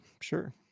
sure